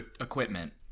equipment